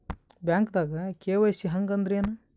ಬ್ಯಾಂಕ್ದಾಗ ಕೆ.ವೈ.ಸಿ ಹಂಗ್ ಅಂದ್ರೆ ಏನ್ರೀ?